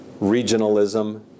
regionalism